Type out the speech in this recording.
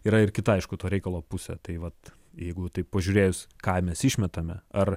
yra ir kita aišku to reikalo pusė tai vat jeigu taip pažiūrėjus ką mes išmetame ar